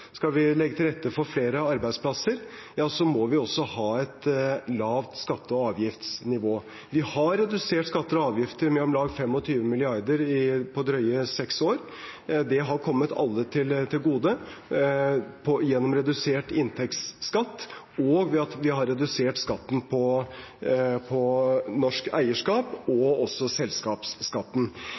flere arbeidsplasser, må vi også ha et lavt skatte- og avgiftsnivå. Vi har redusert skatter og avgifter med om lag 25 mrd. kr på drøye seks år. Det har kommet alle til gode, gjennom redusert inntektsskatt og ved at vi har redusert skatten på norsk eierskap og også selskapsskatten.